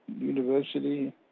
university